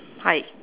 hi